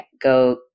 go